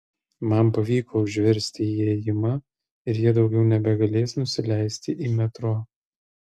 man pavyko užversti įėjimą ir jie daugiau nebegalės nusileisti į metro